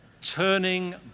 turning